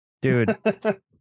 Dude